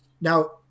Now